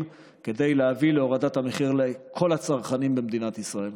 כדי להביא להורדת המחיר לכל הצרכנים במדינת ישראל.